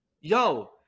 yo